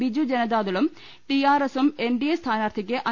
ബിജു ജനതാ ദളും T R എസും N D A സ്ഥാനാർത്ഥിക്ക് ചെയ് തു